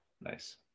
nice